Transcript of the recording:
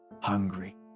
Hungry